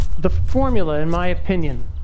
the formula, in my opinion,